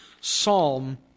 psalm